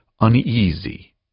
uneasy